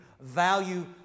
value